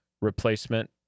replacement